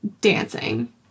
dancing